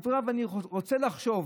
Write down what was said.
ואני רוצה לחשוב